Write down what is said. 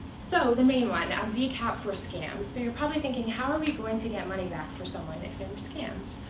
so the main one, vcap for scams. so you're probably thinking, how are we going to get money back for someone if they were scammed?